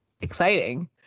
exciting